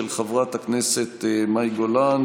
של חברת הכנסת מאי גולן,